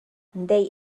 they